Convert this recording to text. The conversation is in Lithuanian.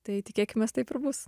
tai tikėkimės taip ir bus